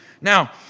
Now